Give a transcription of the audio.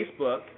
Facebook